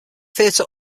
theater